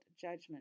judgment